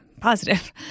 positive